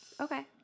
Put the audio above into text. Okay